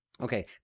Okay